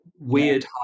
Weird